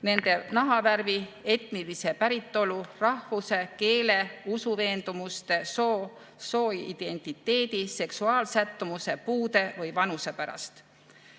nende nahavärvi, etnilise päritolu, rahvuse, keele, usuveendumuste, sooidentiteedi, seksuaalsättumuse, puude või vanuse pärast.